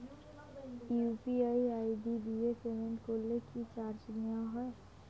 UPI ID দিয়ে payment করলে কি চার্জ নেয়া হয়?